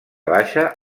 baixa